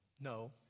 No